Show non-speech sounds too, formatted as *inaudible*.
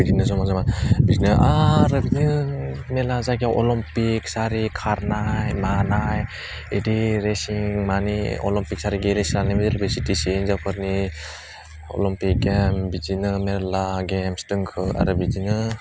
बिदिनो जमा जमा बिदिनो आरो बिदिनो मेला जायगायाव अलम्पिक सारि खारनाय मानाय बिदि रेसिं माने अलम्पिक *unintelligible* हिनजावफोरनि अलम्पिक गेम बिदिनो मेरला गेम दङो आरो बिदिनो